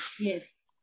yes